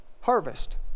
harvest